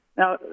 Now